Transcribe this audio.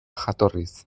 jatorriz